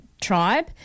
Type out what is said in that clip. tribe